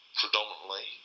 predominantly